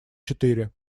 четыре